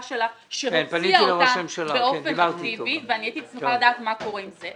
שלה ואני הייתי שמחה לדעת מה קורה עם זה.